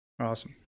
Awesome